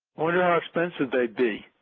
wonder how expensive they'd be?